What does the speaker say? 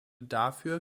dafür